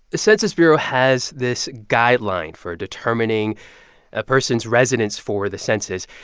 the census bureau has this guideline for determining a person's residence for the census.